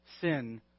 sin